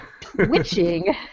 twitching